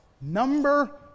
number